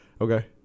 Okay